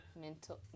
Mental